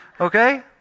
Okay